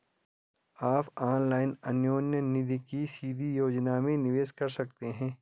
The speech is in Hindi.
आप ऑनलाइन अन्योन्य निधि की सीधी योजना में निवेश कर सकते हैं